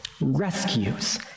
rescues